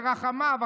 ברחמיו,